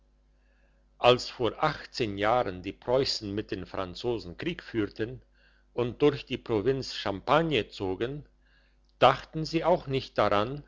als vor achtzehn jahren die preussen mit den franzosen krieg führten und durch die provinz champagne zogen dachten sie auch nicht daran